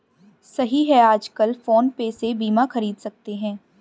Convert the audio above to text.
सही है आजकल फ़ोन पे से बीमा ख़रीद सकते हैं